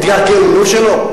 את הגאונות שלו?